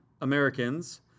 Americans